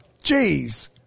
Jeez